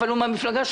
מה הוא